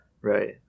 right